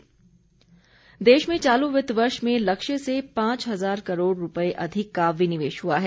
विनिवेश देश में चालू वित्त वर्ष में लक्ष्य से पांच हजार करोड़ रुपये अधिक का विनिवेश हुआ है